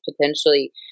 potentially